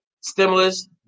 stimulus